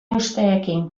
usteekin